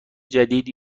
جدید